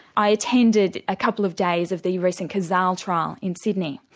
i attended a couple of days of the recent kazaal trial in sydney.